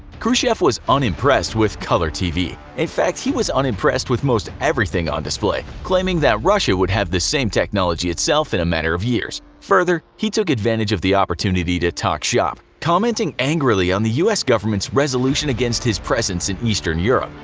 khrushchev was unimpressed with color tv. in fact, he was unimpressed with most everything on display, claiming that russia would have the same technology itself in a matter of years. further, he took advantage of the opportunity to talk shop, commenting angrily on the us government's resolution against his presence in eastern europe.